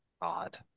odd